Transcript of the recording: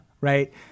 right